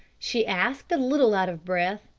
she asked, a little out of breath.